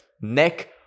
Neck